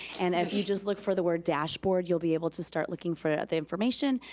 and if you just look for the word dashboard, you'll be able to start looking for the information.